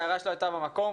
ההערה שלו הייתה במקום.